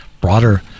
broader